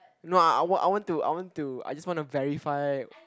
no ah I want to I want to I just want to verify